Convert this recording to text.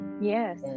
Yes